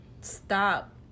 stop